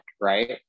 right